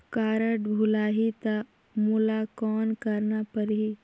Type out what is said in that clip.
Card भुलाही ता मोला कौन करना परही?